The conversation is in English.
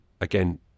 again